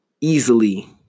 easily